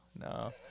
no